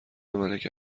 ملک